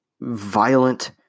violent